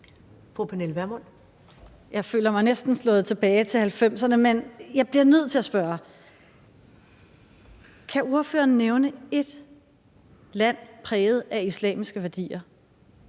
Pernille Vermund (NB): Jeg føler mig næsten slået tilbage til 1990'erne, men jeg bliver nødt til at spørge: Kan ordføreren nævne ét land præget af islamiske værdier,